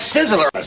Sizzler